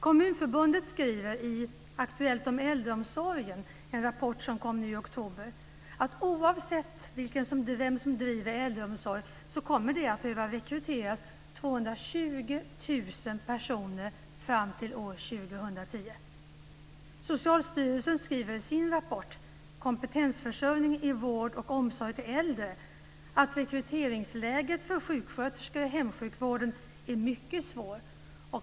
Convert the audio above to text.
Kommunförbundet skriver i Aktuellt om äldreomsorgen, en rapport som kom nu i oktober, att oavsett vem som driver äldreomsorgen kommer det att behöva rekryteras 220 000 personer fram till år 2010. Socialstyrelsen skriver i sin rapport Kompetensförsörjning i vård och omsorg till äldre att rekryteringsläget för sjuksköterskor i hemsjukvården är mycket svårt.